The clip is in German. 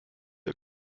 der